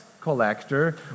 collector